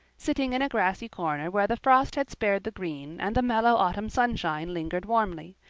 sitting in a grassy corner where the frost had spared the green and the mellow autumn sunshine lingered warmly,